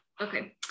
okay